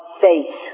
faith